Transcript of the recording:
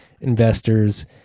investors